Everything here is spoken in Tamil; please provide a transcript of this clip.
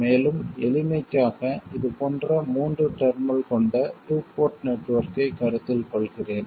மேலும் எளிமைக்காக இது போன்ற மூன்று டெர்மினல் கொண்ட டூ போர்ட் நெட்வொர்க்கைக் கருத்தில் கொள்கிறேன்